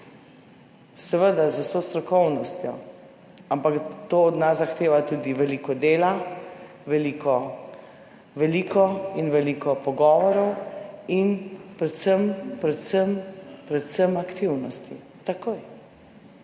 seveda z vso strokovnostjo. Ampak to od nas zahteva tudi veliko dela, veliko, veliko in veliko pogovorov in predvsem aktivnosti takoj.